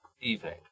evening